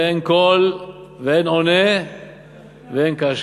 ואין קול ואין עונה ואין קשב.